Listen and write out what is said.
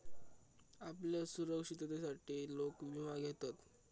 आपल्या सुरक्षिततेसाठी लोक विमा घेतत